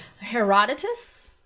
Herodotus